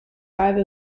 five